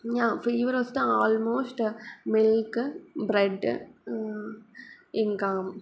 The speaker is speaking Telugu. యా ఫీవర్ వస్తే ఆల్మోస్ట్ మిల్క్ బ్రైడ్ ఇంకా